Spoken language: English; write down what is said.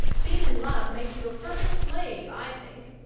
being in love makes you a perfect slave, i think.